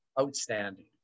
outstanding